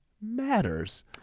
matters